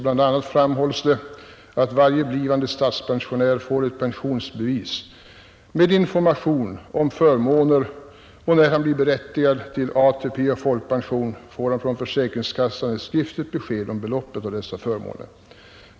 Bland annat framhålls det att varje blivande statspensionär får ett pensionsbevis med information om förmåner, och när han blir berättigad till ATP och folkpension får han från försäkringskassan ett skriftligt besked om beloppet av dessa förmåner.